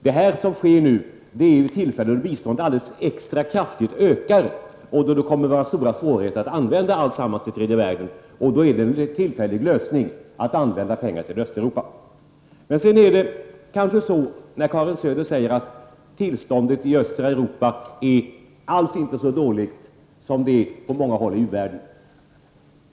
Det som sker nu är att biståndet ökar extra kraftigt. Då det kommer att innebära stora svårigheter att använda alltsammans i tredje världen är en tillfällig lösning att använda pengar för hjälp till Östeuropa. Karin Söder säger att tillståndet i östra Europa inte alls är så dåligt som det är på många håll i u-världen.